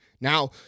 now